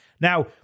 Now